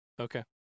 Okay